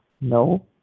no